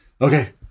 okay